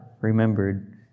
remembered